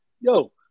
Yo